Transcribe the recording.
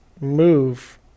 move